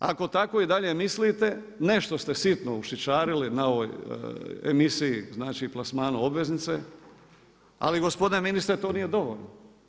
Ako tako i dalje mislite nešto ste sitno ušićarili na ovoj emisiji plasmana obveznice, ali gospodine ministre to nije dovoljno.